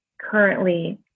currently